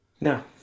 No